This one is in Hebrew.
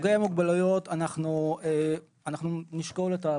סוגי מוגבלויות אנחנו נשקול את הבקשה.